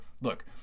look